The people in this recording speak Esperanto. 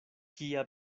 kia